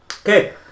Okay